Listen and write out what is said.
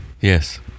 Yes